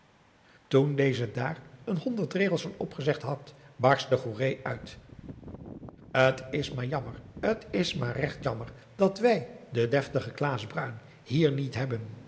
toen deze daar een honderd regels van opgezegd had barstte goeree uit t is adriaan loosjes pzn het leven van johannes wouter blommesteyn maar jammer t is maar regt jammer dat wij den deftigen klaas bruin hier niet hebben